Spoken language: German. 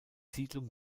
siedlung